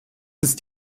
ist